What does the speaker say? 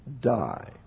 die